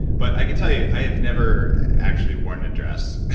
but i could tell you, i have never actually worn a dress